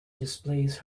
displays